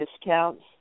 discounts